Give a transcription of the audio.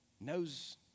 knows